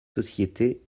société